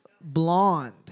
Blonde